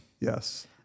Yes